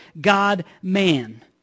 God-man